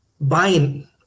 buying –